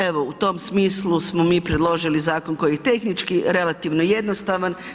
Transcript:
Evo, u tom smislu smo mi predložili zakon koji je tehnički relativno jednostavan.